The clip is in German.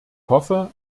hoffe